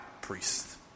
priest